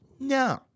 no